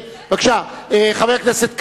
בבקשה, חבר הכנסת כבל,